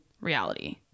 reality